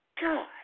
God